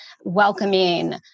welcoming